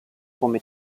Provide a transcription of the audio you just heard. come